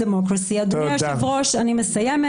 אדוני היושב ראש, אני מסיימת.